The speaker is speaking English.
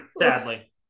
sadly